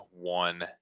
one